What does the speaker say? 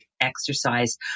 exercise